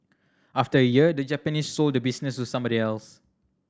after a year the Japanese sold the business to somebody else